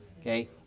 Okay